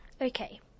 Okay